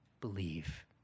Believe